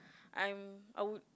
I'm I would